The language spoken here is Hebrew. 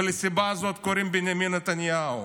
ולסיבה הזאת קוראים בנימין נתניהו.